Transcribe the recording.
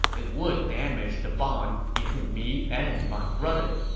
it would damage the bond between me and my brother.